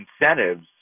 incentives